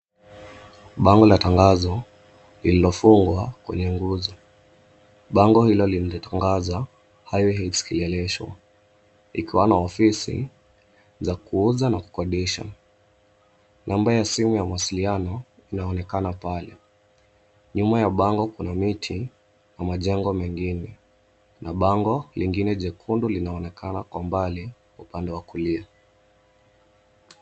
Bango la tangazo lililofungwa kwenye nguzo. Bango hilo linatangaza: Highway Heights Kileleshwa, ikiwa na ofisi za kuuza na kukodisha. Namba ya simu ya mawasiliano inaonekana pale. Nyuma ya bango kuna miti na majengo mengine, na bango lingine jekundu linaonekana kwa mbali upande wa kulia.